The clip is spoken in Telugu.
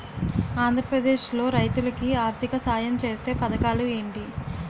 ఆంధ్రప్రదేశ్ లో రైతులు కి ఆర్థిక సాయం ఛేసే పథకాలు ఏంటి?